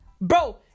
Bro